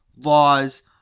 laws